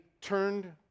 turned